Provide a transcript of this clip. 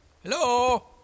Hello